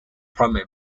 primary